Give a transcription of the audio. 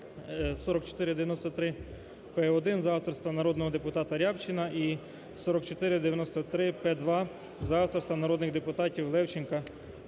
4493-П1 за авторства народного депутата Рябчина і 4493-П2 за авторства народних депутатів Левченка та